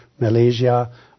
Malaysia